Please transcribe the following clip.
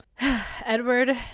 Edward